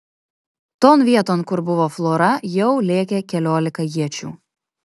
ton vieton kur buvo flora jau lėkė keliolika iečių